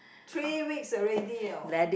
three weeks already know